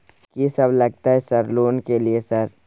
कि सब लगतै सर लोन ले के लिए सर?